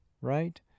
right